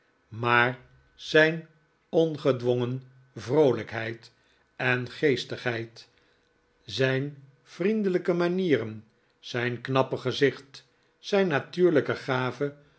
maar zijn ongedwongen vroolijkheid en geestigheid zijn vriendelijke manieren zijn knappe gezicht zijn natuurlijke gave